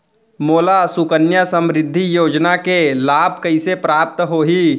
मोला सुकन्या समृद्धि योजना के लाभ कइसे प्राप्त होही?